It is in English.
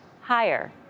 higher